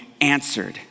answered